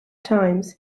times